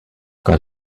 got